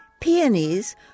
Peonies